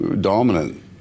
Dominant